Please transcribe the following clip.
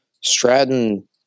Stratton